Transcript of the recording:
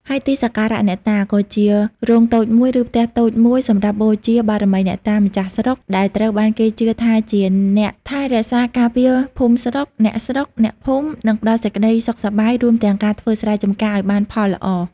ហើយទីសក្ការៈអ្នកតា ក៏ជារោងតូចមួយ ឬផ្ទះតូចមួយសម្រាប់បូជា បារមីអ្នកតាម្ចាស់ស្រុក ដែលត្រូវបានគេជឿថាជាអ្នកថែរក្សាការពារភូមិស្រុក អ្នកស្រុក អ្នកភូមិ និងផ្តល់សេចក្តីសុខសប្បាយ រួមទាំងការធ្វើស្រែចម្ការឱ្យបានផលល្អ។